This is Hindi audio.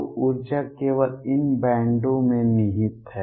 तो ऊर्जा केवल इन बैंडों में निहित है